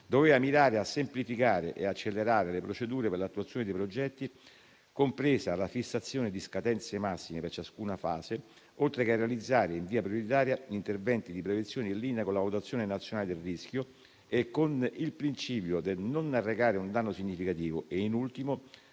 doveva mirare a semplificare e accelerare le procedure per l'attuazione dei progetti, compresa la fissazione di scadenze massime per ciascuna fase, oltre che a realizzare in via prioritaria interventi di prevenzione in linea con la valutazione nazionale del rischio e con il principio del non arrecare un danno significativo e in ultimo